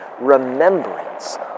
remembrance